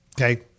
Okay